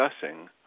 discussing